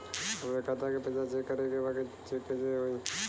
हमरे खाता के पैसा चेक करें बा कैसे चेक होई?